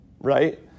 right